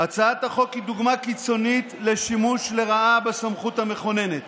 הצעת החוק היא דוגמה קיצונית לשימוש לרעה בסמכות המכוננת.